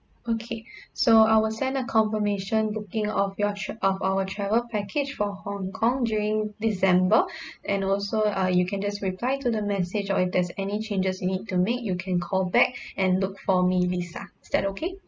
okay so I will send a confirmation booking of your tr~ of our travel package for hong kong during december and also uh you can just reply to the message or if there's any changes you need to make you can call back and look for me lisa is that okay